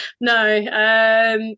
No